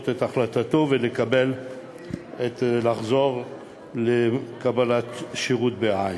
את החלטתו ולחזור לקבלת שירות בעין.